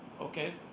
okay